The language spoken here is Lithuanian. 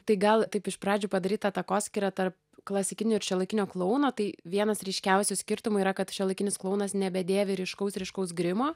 tai gal taip iš pradžių padaryt tą takoskyrą tarp klasikinio ir šiuolaikinio klouno tai vienas ryškiausių skirtumų yra kad šiuolaikinis klounas nebedėvi ryškaus ryškaus grimo